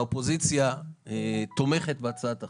האופוזיציה תומכת בהצעת החוק.